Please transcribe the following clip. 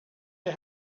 you